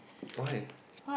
why